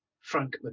Frank